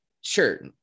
Sure